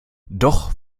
doch